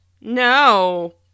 no